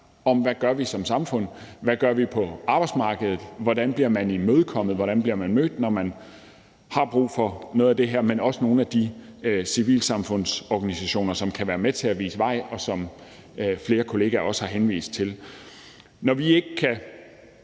om, hvad vi som samfund gør, hvad vi gør på arbejdsmarkedet, hvordan man bliver imødekommet, og hvordan man bliver mødt, når man har brug for noget af det her. Men det handler også om nogle af de civilsamfundsorganisationer, som kan være med til at vise vej, og som flere kolleger også har henvist til. Når vi ikke kan